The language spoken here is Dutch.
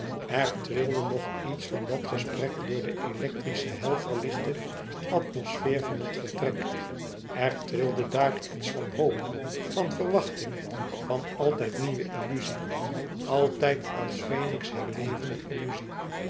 er trilde nog iets van dat gesprek door de electrisch hel verlichte atmosfeer van het vertrek er trilde daar iets van hoop van verwachting van altijd nieuwe illuzie altijd als fenix herlevende illuzie